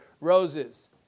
roses